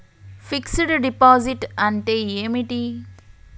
Fix డ్ deposit అంటే ఏమిటి?